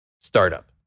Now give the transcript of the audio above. startup